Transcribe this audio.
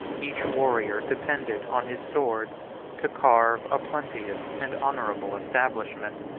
each warrior depended on his sword to carve a plenteous and honorable establishment,